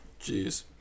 jeez